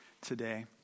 today